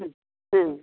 ᱦᱩᱸ ᱦᱩᱸ